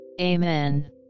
Amen